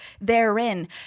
therein